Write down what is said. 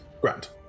Grant